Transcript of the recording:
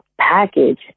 package